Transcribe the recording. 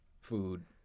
food